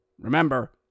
Remember